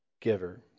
giver